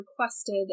requested